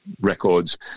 records